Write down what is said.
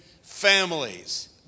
families